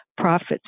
profits